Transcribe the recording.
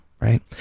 right